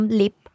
lip